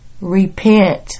Repent